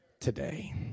today